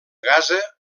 gaza